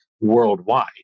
worldwide